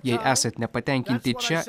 jei esat nepatenkinti čia